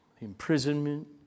imprisonment